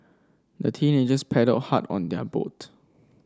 the teenagers paddled hard on their boat